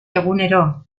egunero